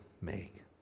make